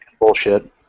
bullshit